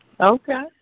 Okay